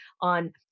on